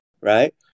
right